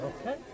okay